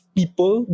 people